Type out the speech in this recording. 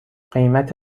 قیمت